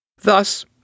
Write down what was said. Thus